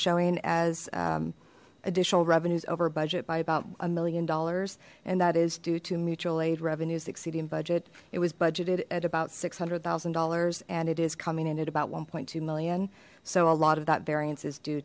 showing as additional revenues over budget by about a million dollars and that is due to mutual aid revenues exceeding budget it was budgeted at about six hundred thousand dollars and it is coming in at about one two million so a lot of that variance is due